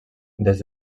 des